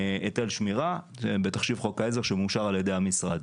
היטל שמירה, בתחשיב חוק העזר שמאושר על ידי המשרד.